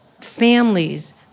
families